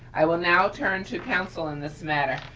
i will now turn to counsel on this matter,